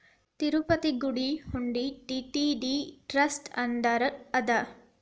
ತಿರುಪತಿ ಗುಡಿ ಹುಂಡಿ TTD trust under ಅದ